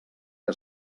que